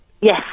Yes